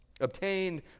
obtained